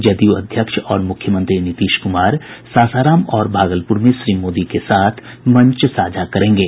जदयू अध्यक्ष और मुख्यमंत्री नीतीश कुमार सासाराम और भागलपुर में श्री मोदी के साथ मंच साझा करेंगे